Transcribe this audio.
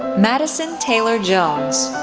madison taylor jones,